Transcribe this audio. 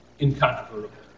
incontrovertible